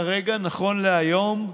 כרגע, נכון להיום,